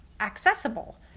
accessible